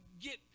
get